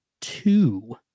two